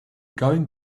going